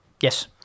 Yes